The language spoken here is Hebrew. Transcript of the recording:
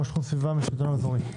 ראש תחום איכות סביבה בשלטון האזורי,